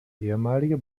ehemalige